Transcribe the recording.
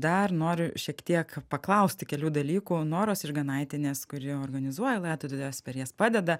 dar noriu šiek tiek paklausti kelių dalykų noros išganaitienės kuri organizuoja laidotuves per jas padeda